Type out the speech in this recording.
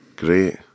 Great